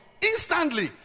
Instantly